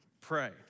pray